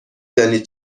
دانید